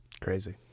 crazy